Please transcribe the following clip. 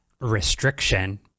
restriction